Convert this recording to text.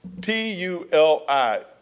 T-U-L-I